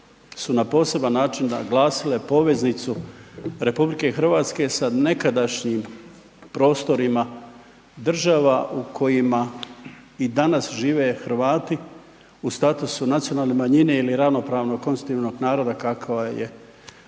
su na poseban način naglasile poveznicu RH sa nekadašnjim prostorima država u kojima i danas žive Hrvati u statusu nacionalne manjine ili ravnopravnog konstitutivnog naroda kakva je situacija